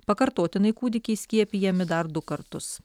pakartotinai kūdikiai skiepijami dar du kartus